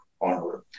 onward